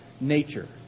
nature